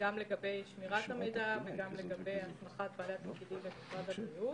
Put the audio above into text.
לגבי שמירת המידע ולגבי הסמכת בעלי התפקידים והגורמים במשרד הבריאות.